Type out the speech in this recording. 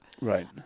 Right